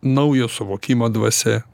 naujo suvokimo dvasia